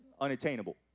unattainable